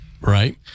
Right